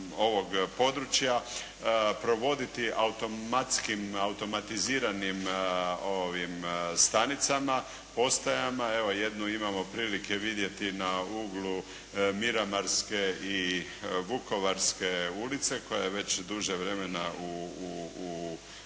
ovog područja provoditi automatskim automatiziranim stanicama, postajama. Evo jednu imamo prilike vidjeti na uglu Miramarske i Vukovarske ulice koja je već duže vremena u